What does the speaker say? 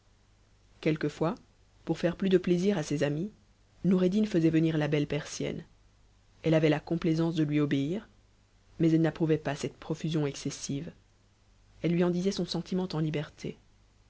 ohftauefbis pour faire plus de plaisir à ses amis noureddin faisait nir fa belle persienne elle avait la complaisance de lui obéir mais elle mot'ouvait pas cette profusion excessive elle lui en disait son sentiment t